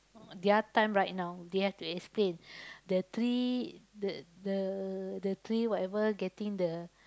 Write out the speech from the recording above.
their time right now they have to explain the tree the the the tree whatever getting the